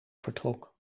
vertrok